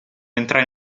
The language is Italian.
entrare